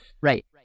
Right